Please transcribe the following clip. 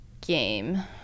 game